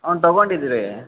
ಅವನ್ನ ತೊಗೊಂಡಿದಿರಿ